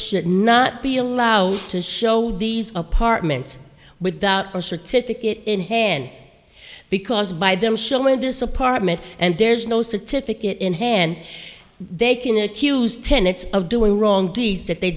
should not be allowed to show these apartment without the certificate in hand because by them showing this apartment and there's no certificate in hand they can accuse tenets of doing wrong deeds that they